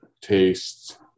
tastes